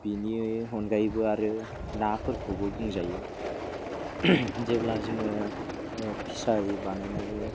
बेनि अनगायैबो आरो नाफोरखौबो बुंजायो जेब्ला जोङो फिसारि बानायो